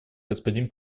господин